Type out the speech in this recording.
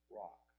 rock